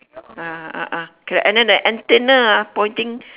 ah ah ah correct and then the antenna ah pointing